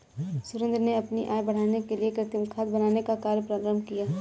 सुरेंद्र ने अपनी आय बढ़ाने के लिए कृमि खाद बनाने का कार्य प्रारंभ किया